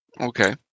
Okay